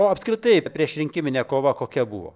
o apskritai priešrinkiminė kova kokia buvo